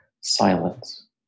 silence